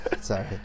sorry